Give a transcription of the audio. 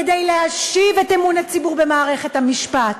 כדי להשיב את אמון הציבור במערכת המשפט,